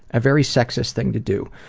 a very sexist thing to do.